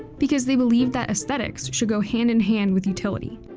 because they believed that aesthetics should go hand in hand with utility.